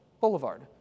boulevard